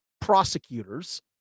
prosecutors